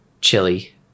Chili